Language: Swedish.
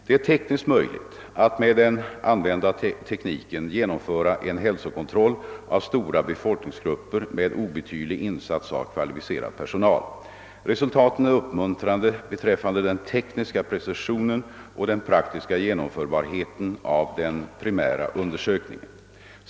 Det är tekniskt möjligt att med den använda tekniken genomföra en hälsokontroll av stora befolkningsgrupper med obetydlig insats av kvalificerad personal. Resultaten är uppmuntrande beträffande den tekniska precisionen och den praktiska genomförbarheten av den primära undersökningen.